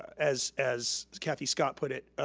as as kathy scott put it,